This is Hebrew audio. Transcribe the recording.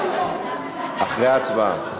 אחרי ההצבעה.